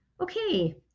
okay